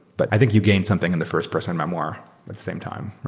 but i think you gain something in the first-person memoir at the same time.